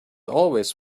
always